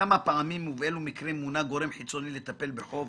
כמה פעמים ובאלה מקרים מונה גורם חיצוני לטפל בחוב,